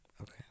Okay